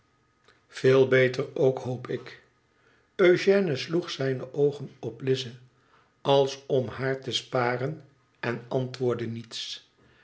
veel beter ook hoop ik ëugène sloeg zijne oogen op lize als om haar te sparen en antwoordde niets